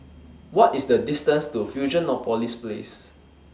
What IS The distance to Fusionopolis Place